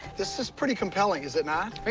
this is pretty compelling, is it not?